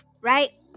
Right